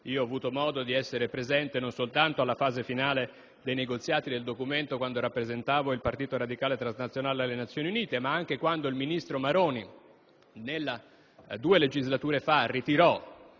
Ho avuto modo di essere presente non soltanto alla fase finale dei negoziati - quando rappresentavo il Partito Radicale transnazionale alle Nazioni Unite - ma anche quando il ministro Maroni, due legislature fa, ritirò